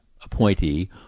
appointee